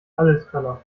alleskönner